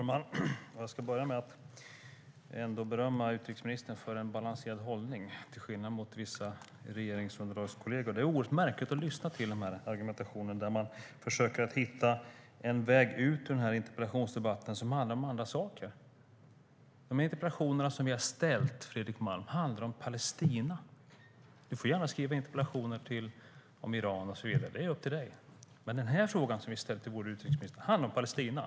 Herr talman! Jag ska börja med att berömma utrikesministern för en balanserad hållning till skillnad mot vissa regeringsunderlagskolleger. Det är oerhört märkligt att lyssna till denna argumentation, där man försöker hitta en väg ut ur denna interpellationsdebatt som handlar om andra saker. De interpellationer som vi har ställt handlar om Palestina, Fredrik Malm. Du får gärna skriva interpellationer om Iran och så vidare; det är upp till dig. Men den fråga som vi nu har ställt till vår utrikesminister handlar om Palestina.